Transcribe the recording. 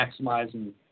maximizing